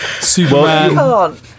superman